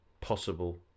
possible